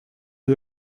who